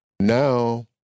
Now